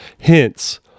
Hence